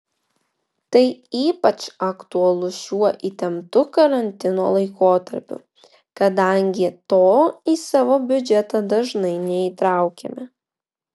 tai ypač aktualu šiuo įtemptu karantino laikotarpiu kadangi to į savo biudžetą dažnai neįtraukiame